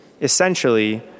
Essentially